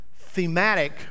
thematic